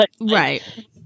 Right